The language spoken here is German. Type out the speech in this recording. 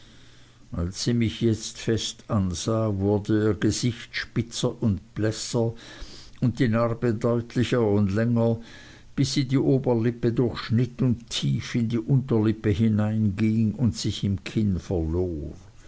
als sie mich jetzt fest ansah wurde ihr gesicht spitzer und blässer und die narbe deutlicher und länger bis sie die oberlippe durchschnitt und tief in die unterlippe hineinging und sich im kinn verlor